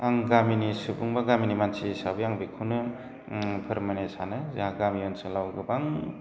आं गामिनि सुबुं बा गामिनि मानसि हिसाबै आं बेखौनो फोरमायनो सानो जोंहा गामि ओनसोलाव गोबां